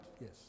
Yes